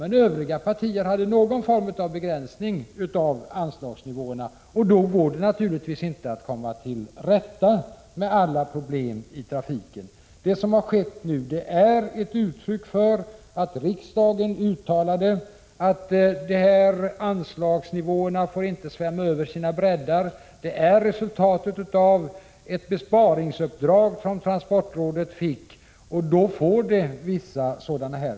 Men övriga partier ville ha någon form av begränsning av anslagsnivåerna. Då går det naturligtvis inte att komma till rätta med alla problem i trafiken. Det som nu har skett är ett uttryck för att riksdagen uttalade att dessa anslagsnivåer inte skulle få svämma över sina bräddar, och det är ett resultat av ett besparingsuppdrag som transportrådet fick. Detta får konsekvenser.